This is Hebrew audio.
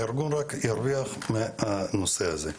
הארגון רק ירוויח מהנושא הזה.